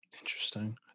Interesting